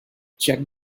check